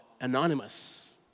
Anonymous